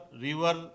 river